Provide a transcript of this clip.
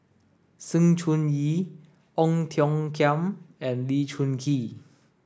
Sng Choon Yee Ong Tiong Khiam and Lee Choon Kee